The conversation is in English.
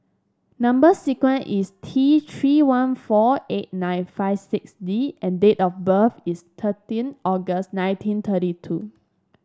number sequence is T Three one four eight nine five six D and date of birth is thirteen August nineteen thirty two